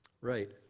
Right